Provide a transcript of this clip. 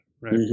right